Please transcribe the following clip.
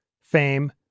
fame